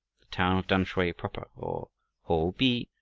the town of tamsui proper, or ho be,